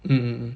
mm mm mm